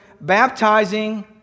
baptizing